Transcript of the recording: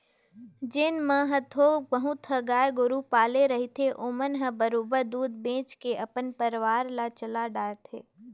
जेन मन ह थोक बहुत ह गाय गोरु पाले रहिथे ओमन ह बरोबर दूद बेंच के अपन परवार ल चला डरथे